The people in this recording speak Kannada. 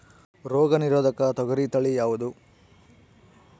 ರೋಗ ನಿರೋಧಕ ತೊಗರಿ ತಳಿ ಯಾವುದು?